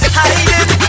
hiding